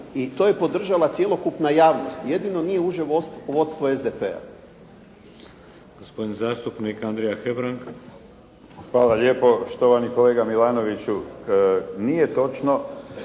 I to je podržala cjelokupna javnost, jedino nije uže vodstvo SDP-a.